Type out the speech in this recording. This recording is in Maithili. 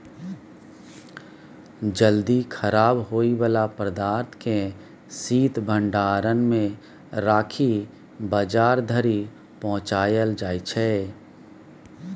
जल्दी खराब होइ बला पदार्थ केँ शीत भंडारण मे राखि बजार धरि पहुँचाएल जाइ छै